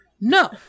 no